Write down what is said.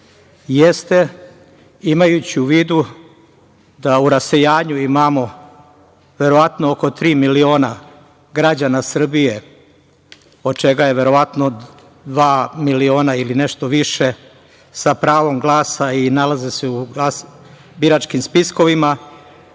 jeste, imajući u vidu da u rasejanju imamo verovatno oko tri miliona građana Srbije, od čega je verovatno dva miliona ili nešto više sa pravom glasa i nalaze se u biračkim spiskovima,